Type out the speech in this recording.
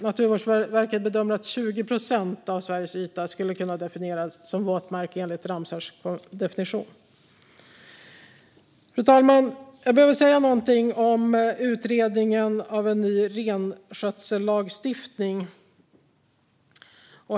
Naturvårdsverket bedömer att 20 procent av Sveriges yta skulle kunna definieras som våtmark enligt Ramsarkonventionens definition. Fru talman! Jag vill säga någonting om utredningen om en ny renskötsellagstiftning.